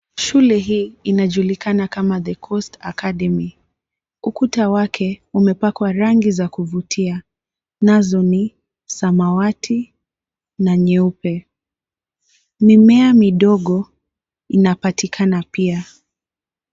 Shule hii inajulikana kama The Coast Academy. Ukuta wake umepakwa rangi za kuvutia, nazo ni samawati na nyeupe. Mimea midogo inapatikana pia.